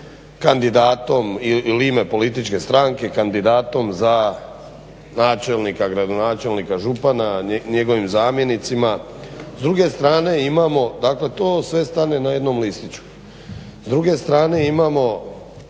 kandidatom ili ime političke stranke kandidatom za načelnika, gradonačelnika, župana, njegovim zamjenicima. S druge strane imamo, dakle to sve stane na jednom listiću. S druge strane imamo